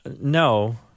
No